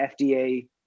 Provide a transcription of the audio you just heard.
FDA